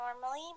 normally